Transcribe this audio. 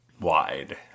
wide